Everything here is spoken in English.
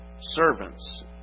servants